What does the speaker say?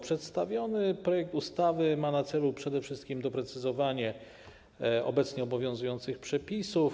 Przedstawiony projekt ustawy ma na celu przede wszystkim doprecyzowanie obecnie obowiązujących przepisów.